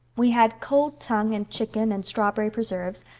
we had cold tongue and chicken and strawberry preserves,